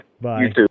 Bye